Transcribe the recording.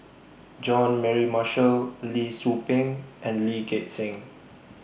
Jean Mary Marshall Lee Tzu Pheng and Lee Gek Seng